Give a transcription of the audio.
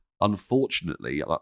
unfortunately